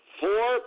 four